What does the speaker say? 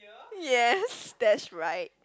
yes that's right